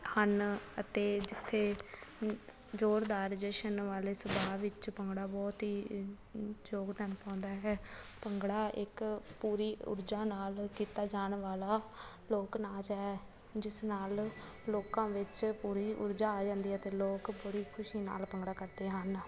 ਹਨ ਅਤੇ ਜਿੱਥੇ ਜ਼ੋਰਦਾਰ ਜਸ਼ਨ ਵਾਲੇ ਸੁਭਾਅ ਵਿੱਚ ਭੰਗੜਾ ਬਹੁਤ ਹੀ ਯੋਗਦਾਨ ਪਾਉਂਦਾ ਹੈ ਭੰਗੜਾ ਇੱਕ ਪੂਰੀ ਊਰਜਾ ਨਾਲ ਕੀਤਾ ਜਾਣ ਵਾਲਾ ਲੋਕ ਨਾਚ ਹੈ ਜਿਸ ਨਾਲ ਲੋਕਾਂ ਵਿੱਚ ਪੂਰੀ ਊਰਜਾ ਆ ਜਾਂਦੀ ਹੈ ਅਤੇ ਲੋਕ ਬੜੀ ਖੁਸ਼ੀ ਨਾਲ ਭੰਗੜਾ ਕਰਦੇ ਹਨ